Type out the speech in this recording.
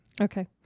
Okay